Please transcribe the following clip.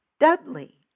Dudley